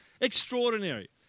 extraordinary